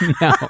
no